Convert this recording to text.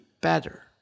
better